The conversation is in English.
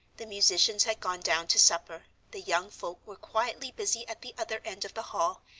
the musicians had gone down to supper, the young folk were quietly busy at the other end of the hall,